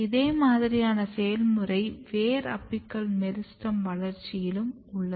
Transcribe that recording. இதே மாதிரியான செயல்முறை வேர் அபிக்கல் மெரிஸ்டெம் வளர்ச்சியிலும் உள்ளது